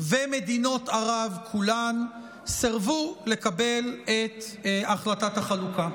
ומדינות ערב כולן, סירבו לקבל את החלטת החלוקה.